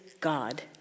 God